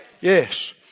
Yes